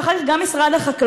ואחרי זה גם משרד החקלאות,